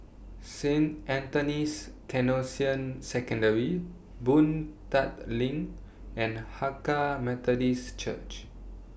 Saint Anthony's Canossian Secondary Boon Tat LINK and Hakka Methodist Church